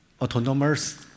autonomous